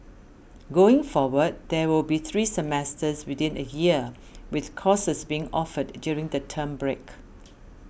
going forward there will be three semesters within a year with courses being offered during the term break